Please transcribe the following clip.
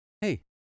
hey